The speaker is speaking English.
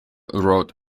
wrote